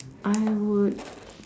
I would